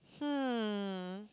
hmm